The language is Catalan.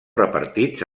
repartits